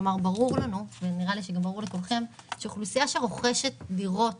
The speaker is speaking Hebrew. ברור לנו ונראה לי שגם ברור לכולכם שהאוכלוסייה שרוכשת דירות